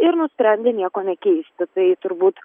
ir nusprendė nieko nekeisti tai turbūt